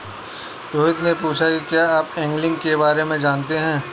रोहित ने पूछा कि क्या आप एंगलिंग के बारे में जानते हैं?